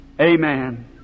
amen